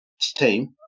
team